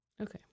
Okay